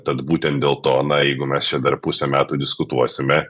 tad būtent dėl to na jeigu mes čia dar pusę metų diskutuosime